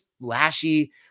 flashy